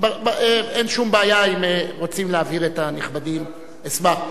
אין שום בעיה, אם רוצים להעביר את הנכבדים, אשמח.